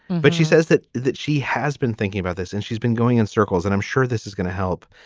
but she says that that she has been thinking about this and she's been going in circles and i'm sure this is going to help.